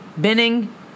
binning